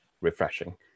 Refreshing